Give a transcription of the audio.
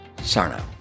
Sarno